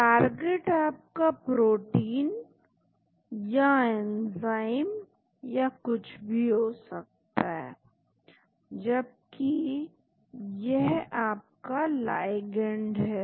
target आपका protein या enzyme या कुछ भी हो सकता है जबकि यह आपका लाइगैंड है